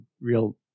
real